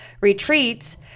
retreats